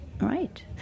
Right